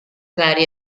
vari